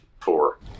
Four